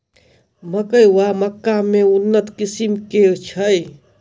मकई वा मक्का केँ उन्नत किसिम केँ छैय?